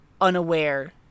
unaware